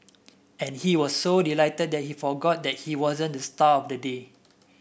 and he was so delighted that he forgot that he wasn't the star of the day